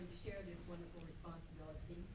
share this wonderful responsibility.